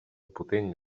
potent